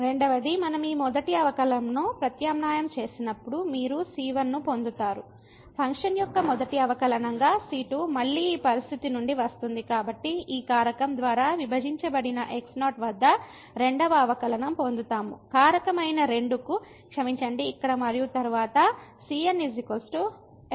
రెండవది మనం ఈ మొదటి అవకలనంలో ప్రత్యామ్నాయం చేసినప్పుడు మీరు c1 ను పొందుతారు ఫంక్షన్ యొక్క మొదటి అవకలనంగా c 2 మళ్ళీ ఈ పరిస్థితి నుండి వస్తుంది కాబట్టి ఈ కారకం ద్వారా విభజించబడిన x0 వద్ద రెండవ అవకలనం పొందుతాము కారకమైన 2 కు క్షమించండి ఇక్కడ మరియు తరువాత cn fn